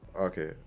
Okay